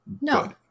no